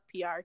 PR